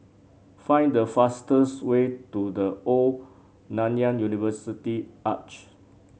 find the fastest way to The Old Nanyang University Arch